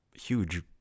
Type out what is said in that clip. huge